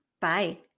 Bye